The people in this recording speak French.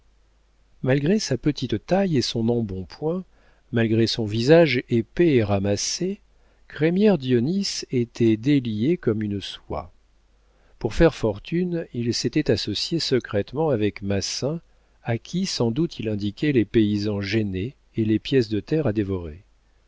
malgré sa petite taille et son embonpoint malgré son visage épais et ramassé crémière dionis était délié comme une soie pour faire fortune il s'était associé secrètement avec massin à qui sans doute il indiquait les paysans gênés et les pièces de terre à dévorer